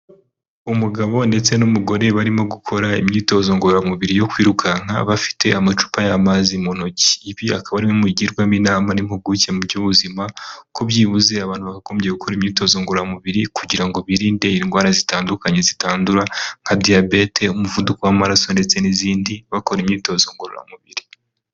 Umugabo ndetse n'umugore barimo gukora imyitozo ngororamubiri yo kwirukanka bafite amacupa y'amazi mu ntoki. Ibi akaba ari bimwe mu bigirwamo inama n'impuguke mu by'ubuzima kuko byibuze abantu bakagombye gukora imyitozo ngororamubiri, kugira ngo birinde indwara zitandukanye zitandura nka diabete, umuvuduko w'amaraso ndetse n'izindi . Bakora imyitozo ngororamubiri.